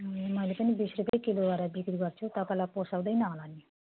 ए मैले पनि बिस रुपियाँ किलो गरेर बिक्री गर्छु तपाईँलाई पोसाउँदैन होला नि